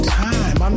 time